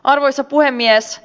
arvoisa puhemies